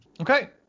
Okay